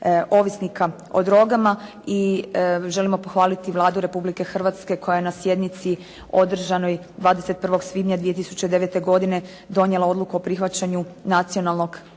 ovisnika o drogama i želimo pohvaliti Vladu Republike Hrvatske koja je na sjednici održanoj 21. svibnja 2009. godine donijela odluku o prihvaćanju nacionalnog plana